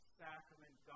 sacrament